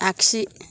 आखि